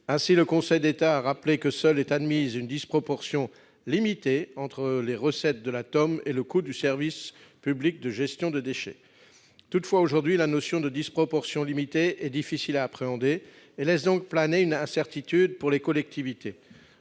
public. Le Conseil d'État a rappelé que seule est admise une disproportion « limitée » entre les recettes de la TEOM et le coût du service public de gestion des déchets. Toutefois, aujourd'hui, la notion de disproportion limitée est difficile à appréhender et laisse planer une incertitude pour les collectivités.